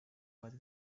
was